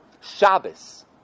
Shabbos